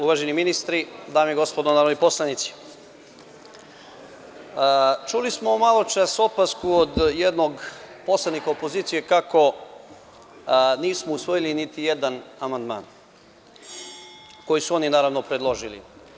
Uvaženi ministri, dame i gospodo narodni poslanici, čuli smo maločas opasku od jednog poslanika opozicije kako nismo usvojili niti jedan amandman koji su oni, naravno, predložili.